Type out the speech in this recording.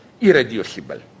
irreducible